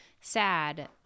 sad